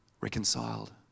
reconciled